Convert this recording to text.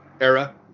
era